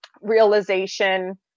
realization